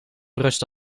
rust